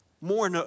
more